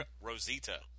Rosita